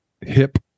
HIP